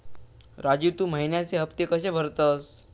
राजू, तू महिन्याचे हफ्ते कशे भरतंस?